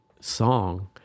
song